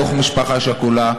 חי בתוך משפחה שכולה,